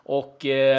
och